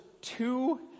two